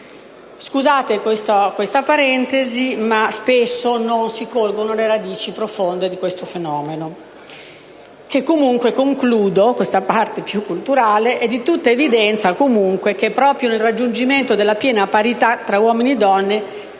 Scusate questa parentesi, ma spesso non si colgono le radici profonde del fenomeno.